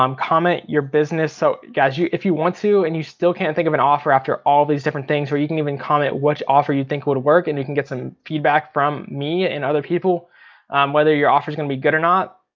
um comment your business. so guys if you want to and you still can't think of an offer after all these different things, where you can even comment which offer you think would work. and you can get some feedback from me and other people whether your offer's gonna be good or not.